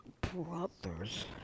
BROTHERS